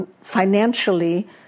financially